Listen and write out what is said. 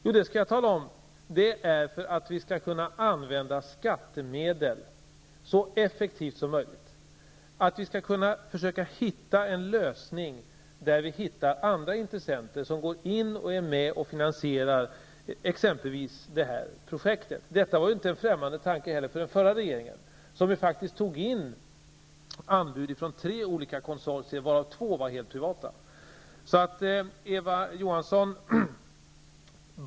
Jo, det är att vi skall kunna använda skattemedel så effektivt som möjligt. Vi skall försöka hitta en lösning, där andra intressenter bidrar till finansieringen av exempelvis det här projektet. Detta var inte heller en främmande tanke för den förra regeringen, som faktiskt tog in anbud från tre konsortier, varav två var helt privata.